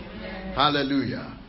Hallelujah